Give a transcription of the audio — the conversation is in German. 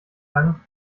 gang